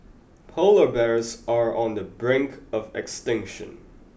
polar bears are on the brink of extinction